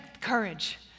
courage